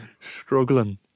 Struggling